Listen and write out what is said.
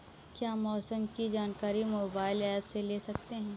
क्या मौसम की जानकारी मोबाइल ऐप से ले सकते हैं?